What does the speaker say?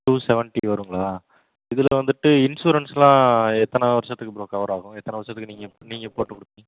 two seventy வருங்களா இதில் வந்துட்டு இன்ஸூரன்ஸ்லாம் எத்தனை வருஷத்துக்கு ப்ரோ கவர் ஆகும் எத்தனை வருஷத்துக்கு நீங்கள் நீங்கள் போட்டுக் கொடுப்பீங்க